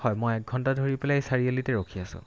হয় মই এক ঘণ্টা ধৰি পেলাই চাৰিআলিতে ৰখি আছোঁ